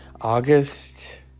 August